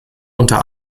unter